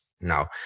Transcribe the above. Now